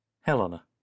Helena